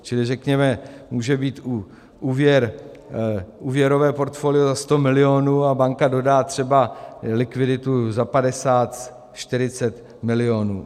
Čili řekněme může být úvěrové portfolio 100 milionů a banka dodá třeba likviditu za 5040 milionů.